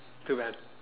too bad